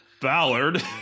Ballard